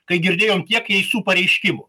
kai girdėjom tiek keistų pareiškimų